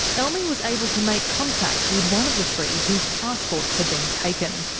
elmi was able to make contact with one of the three whose passports had been taken.